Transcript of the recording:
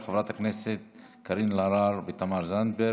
של חברות הכנסת קארין אלהרר ותמר זנדברג.